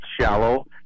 shallow